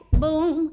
boom